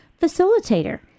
facilitator